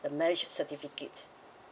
the marriage certificate